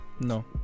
No